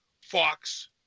Fox